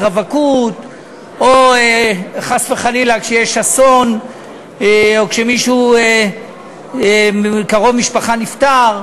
רווקות או חס וחלילה כשיש אסון או כשקרוב משפחה נפטר,